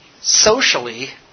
socially